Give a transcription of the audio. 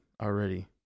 already